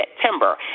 September